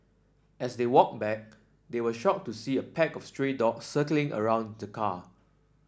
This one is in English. as they walked back they were shocked to see a pack of stray dog circling around the car